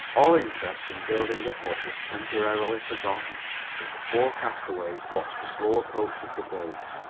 all interest in building a hut was temporarily forgotten as the four castaways watched the slow approach of the boat.